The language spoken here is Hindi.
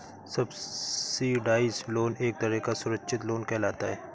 सब्सिडाइज्ड लोन एक तरह का सुरक्षित लोन कहलाता है